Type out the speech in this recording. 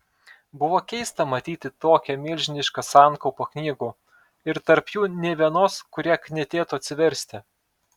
buvo keista matyti tokią milžinišką sankaupą knygų ir tarp jų nė vienos kurią knietėtų atsiversti